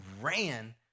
ran